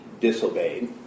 disobeyed